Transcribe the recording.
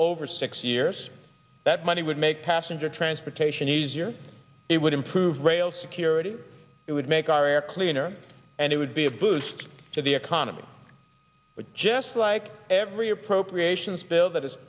over six years that money would make passenger transportation easier it would improve rail security it would make our air cleaner and it would be a boost to the economy but just like every appropriations bill that h